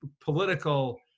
political